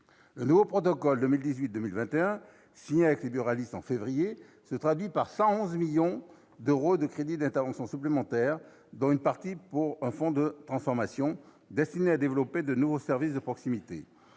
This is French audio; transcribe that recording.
Le nouveau protocole 2018-2021, signé avec les buralistes en février, se traduit par 111 millions d'euros de crédits d'intervention supplémentaires, dont une partie destinée à abonder un « fonds de transformation » dédié au développement de nouveaux services de proximité.